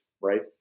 right